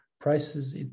prices